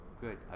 good